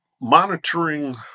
monitoring